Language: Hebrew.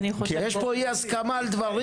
יש פה אי הסכמה על דברים.